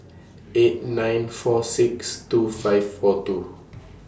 eight nine four six two five four two